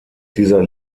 dieser